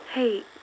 Hey